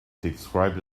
described